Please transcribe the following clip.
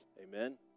Amen